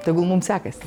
tegu mum sekasi